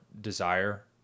desire